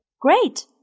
Great